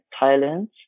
Thailand